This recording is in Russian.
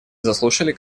заслушали